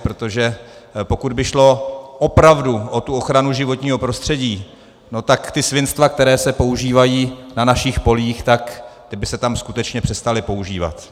Protože pokud by šlo opravdu o tu ochranu životního prostředí, tak ta svinstva, která se používají na našich polích, ta by se tam skutečně přestala používat.